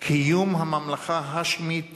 קיום הממלכה ההאשמית